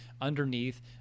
underneath